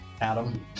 Adam